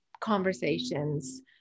conversations